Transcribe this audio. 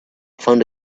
found